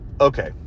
Okay